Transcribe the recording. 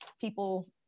people